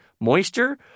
Moisture